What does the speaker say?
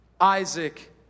Isaac